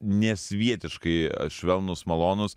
nesvietiškai švelnūs malonūs